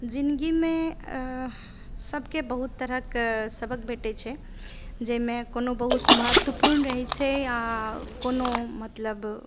जिन्दगीमे सभके बहुत तरहक सबक भेटै छै जाहिमे कोनो बहुत महत्वपूर्ण रहै छै या कोनो मतलब